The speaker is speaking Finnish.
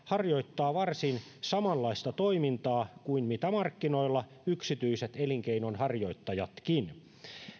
harjoittaa varsin samanlaista toimintaa kuin mitä markkinoilla yksityiset elinkeinonharjoittajatkin